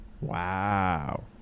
Wow